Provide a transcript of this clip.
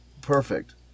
perfect